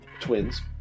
twins